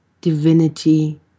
divinity